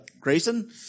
Grayson